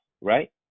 right